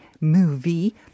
movie